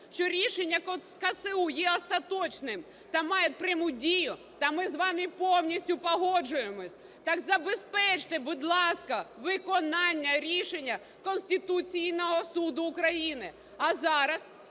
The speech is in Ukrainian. що рішення КСУ є остаточним та має пряму дію, та ми з вами повністю погоджуємося. Так забезпечте, будь ласка, виконання рішення Конституційного Суду України.